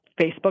Facebook